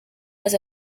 was